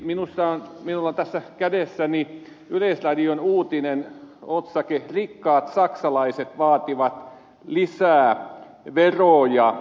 minulla on tässä kädessäni yleisradion uutinen otsake rikkaat saksalaiset vaativat lisää veroja